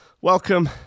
welcome